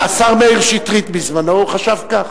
השר מאיר שטרית בזמנו, הוא חשב כך